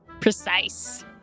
Precise